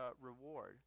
reward